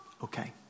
Okay